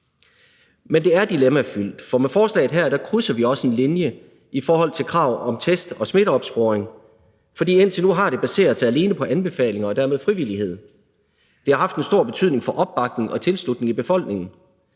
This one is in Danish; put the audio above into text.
Men det er dilemmafyldt, fordi vi med forslaget her også krydser en linje i forhold til krav om test og smitteopsporing, for indtil nu har det alene baseret sig på anbefalinger og dermed frivillighed. Det har haft en stor betydning for opbakningen og tilslutningen i befolkningen.